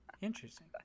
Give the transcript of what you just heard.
Interesting